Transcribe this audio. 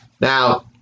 Now